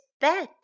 bed